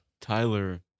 Tyler